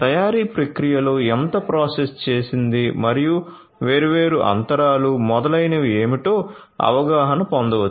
తయారీ ప్రక్రియలో ఎంత ప్రాసెస్ చేసింది మరియు వేర్వేరు అంతరాలు మొదలైనవి ఏమిటో అవగాహన పొందవచ్చు